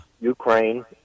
Ukraine